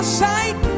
sight